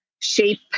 shape